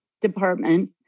department